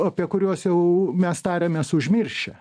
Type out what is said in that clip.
apie kuriuos jau mes tarėmės užmiršę